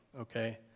Okay